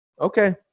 okay